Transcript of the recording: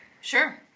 Sure